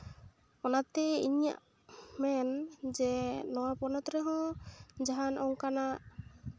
ᱚᱱᱟᱛᱮ ᱤᱧᱟᱹᱜ ᱢᱮᱱ ᱡᱮ ᱱᱚᱣᱟ ᱯᱚᱱᱚᱛ ᱨᱮᱦᱚᱸ ᱡᱟᱦᱟᱱ ᱚᱱᱠᱟᱱᱟᱜ